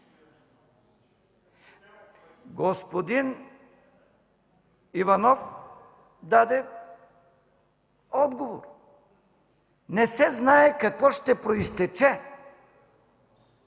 Господин Иванов даде отговор. Не се знае какво ще произтече